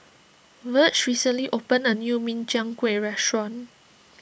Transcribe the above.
Virge recently opened a new Min Chiang Kueh restaurant